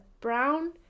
brown